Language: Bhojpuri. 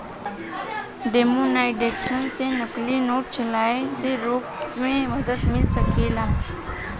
डिमॉनेटाइजेशन से नकली नोट चलाए से रोके में मदद मिल सकेला